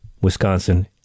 Wisconsin